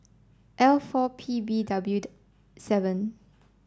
L four P B W the seven